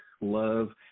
Love